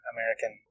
American